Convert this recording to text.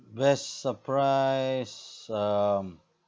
best surprise um